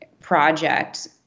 project